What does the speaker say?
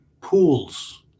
pools